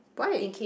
why